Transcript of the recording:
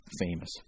famous